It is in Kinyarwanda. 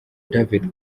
david